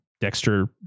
Dexter